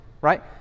right